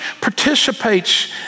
participates